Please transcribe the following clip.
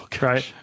right